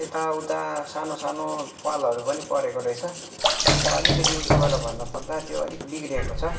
यता उता सानो सानो प्वालहरू पनि परेको रहेछ र अलिकति तपाईँलाई भन्नु पर्दा त्यो अलिक बिग्रिएको छ